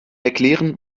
erklären